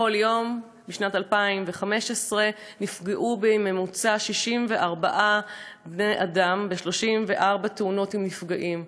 בכל יום בשנת 2015 נפגעו בממוצע 64 בני אדם ב-34 תאונות עם נפגעים.